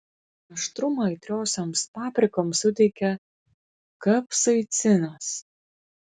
aštrumą aitriosioms paprikoms suteikia kapsaicinas